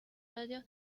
radio